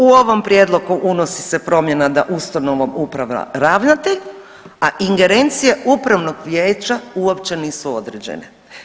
U ovom prijedlogu unosi se promjena da ustanovom upravlja ravnatelj, a ingerencije upravnog vijeća uopće nisu određene.